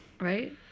Right